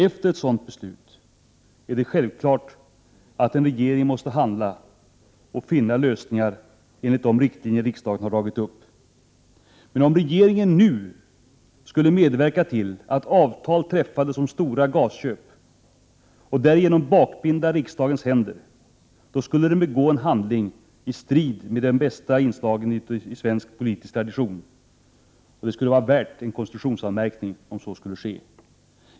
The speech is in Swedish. Efter ett sådant beslut är det självklart att en regering måste handla och finna lösningar enligt de riktlinjer riksdagen dragit upp, Men om regeringen nu skulle medverka till att avtal träffades om stora gasköp och därigenom bakbinda riksdagens händer, skulle den begå en handling som stred mot svensk politisk tradition. Det skulle vara värt en konstitutionsutskottsanmärkning om så skedde.